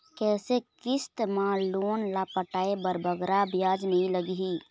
कइसे किस्त मा लोन ला पटाए बर बगरा ब्याज नहीं लगही?